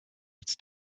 it’s